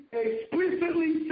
explicitly